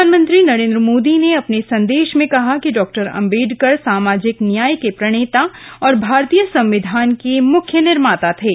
प्रधानमंत्री नरेन्द्र मोदी ने अपने संदेश में कहा कि डॉ अम्बेडकर सामाजिक न्याय के प्रणेता और भारतीय संविधान के मुख्य निर्माता थे